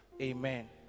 Amen